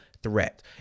Threat